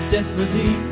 Desperately